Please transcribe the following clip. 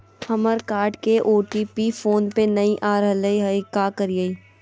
हमर कार्ड के OTP phone पे नई आ रहलई हई, का करयई?